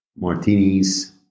martinis